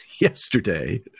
yesterday